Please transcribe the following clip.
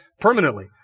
permanently